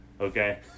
Okay